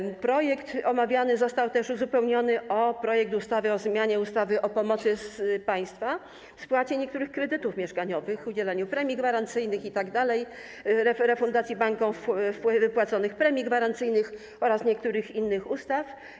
Omawiany projekt został też uzupełniony o projekt ustawy o zmianie ustawy o pomocy państwa w spłacie niektórych kredytów mieszkaniowych, udzielaniu premii gwarancyjnych oraz refundacji bankom wypłaconych premii gwarancyjnych oraz niektórych innych ustaw.